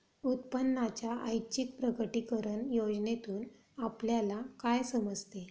उत्पन्नाच्या ऐच्छिक प्रकटीकरण योजनेतून आपल्याला काय समजते?